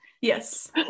Yes